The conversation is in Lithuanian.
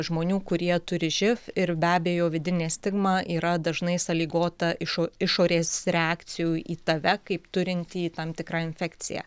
žmonių kurie turi živi ir be abejo vidinė stigma yra dažnai sąlygota iš išorės reakcijų į tave kaip turintį tam tikrą infekciją